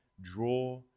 draw